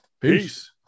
peace